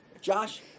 Josh